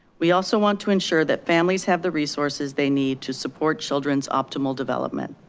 we also want to ensure that families have the resources they need to support children's optimal development.